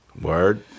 Word